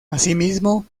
asimismo